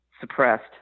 suppressed